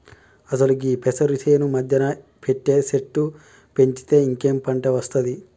అసలు గీ పెసరు సేను మధ్యన పెద్ద సెట్టు పెంచితే ఇంకేం పంట ఒస్తాది